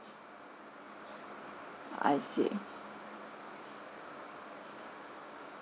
I see